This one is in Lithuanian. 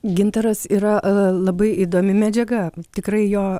gintaras yra labai įdomi medžiaga tikrai jo